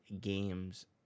games